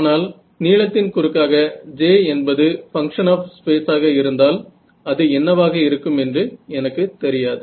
ஆனால் நீளத்தின் குறுக்காக J என்பது பங்க்ஷன் ஆப் ஸ்பேசாக இருந்தால் அது என்னவாக இருக்கும் என்று எனக்கு தெரியாது